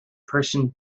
person